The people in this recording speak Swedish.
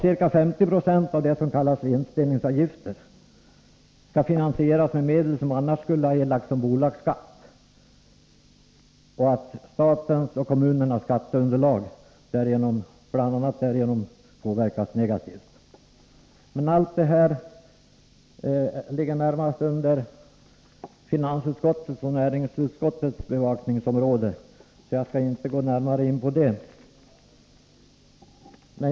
Ca 50 90 av det som kallas vinstdelningsavgift skall finansieras med medel som annars skulle ha erlagts som bolagsskatt, varigenom statens och kommunernas skatteunderlag påverkas negativt. Allt det här ligger närmast under finansutskottets och näringsutskottets bevakningsområde, så jag skall inte gå närmare in på det.